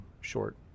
short